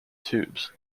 tubes